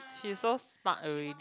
she's so smart already